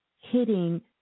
hitting